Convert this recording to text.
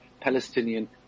Palestinian